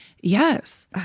Yes